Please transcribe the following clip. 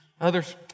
Others